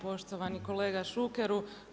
Poštovani kolega Šukeru.